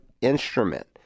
instrument